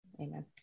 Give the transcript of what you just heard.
Amen